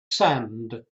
sand